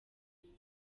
james